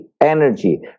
energy